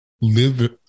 live